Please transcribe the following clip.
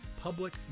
public